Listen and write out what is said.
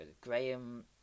graham